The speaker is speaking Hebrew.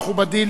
מכובדי,